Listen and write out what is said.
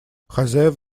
хозяев